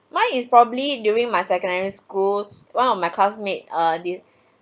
mine is probably during my secondary school one of my classmates err did